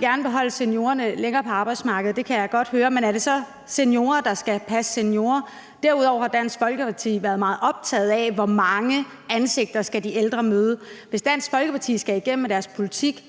gerne vil beholde seniorerne længere på arbejdsmarkedet, men er det så seniorer, der skal passe seniorer? Derudover har Dansk Folkeparti været meget optaget af, hvor mange ansigter de ældre skal møde. Hvis I i Dansk Folkeparti skal igennem med jeres politik,